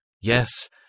Yes